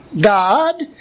God